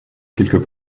quelques